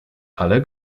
ale